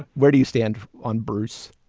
where do you stand on bruce